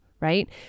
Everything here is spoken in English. Right